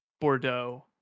Bordeaux